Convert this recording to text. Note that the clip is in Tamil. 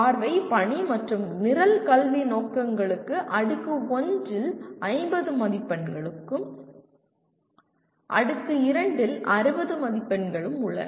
பார்வை பணி மற்றும் நிரல் கல்வி நோக்கங்களுக்கு அடுக்கு 1 இல் 50 மதிப்பெண்களும் அடுக்கு 2 இல் 60 மதிப்பெண்களும் உள்ளன